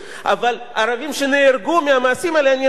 אבל ערבים שנהרגו מהמעשים האלה אני לא מכיר.